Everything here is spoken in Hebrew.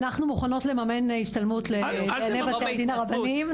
אנחנו מוכנות לממן השתלמות לדייני בתי הדין הרבניים,